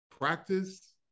practice